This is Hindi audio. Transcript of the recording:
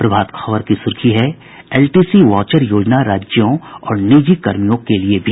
प्रभात खबर की सुर्खी है एलटीसी वाउचर योजना राज्यों और निजी कर्मियों के लिए भी